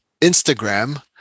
Instagram